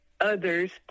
others